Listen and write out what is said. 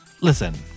Listen